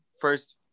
first